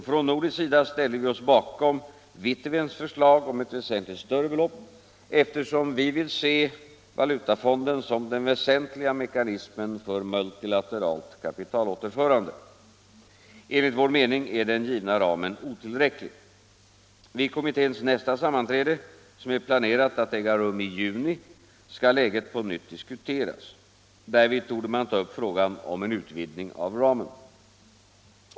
Från nordisk sida ställde vi oss bakom Witteveens förslag om ett väsentlig större belopp, eftersom vi vill se valutafonden som den väsentliga mekanismen för multilateralt kapitalåterförande. Enligt vår mening är den givna ramen otillräcklig. Vid kommitténs nästa sammanträde, som är planerat att äga rum i juni, skall läget på nytt diskuteras. Därvid torde man ta upp frågan om en utvidgning av ramen.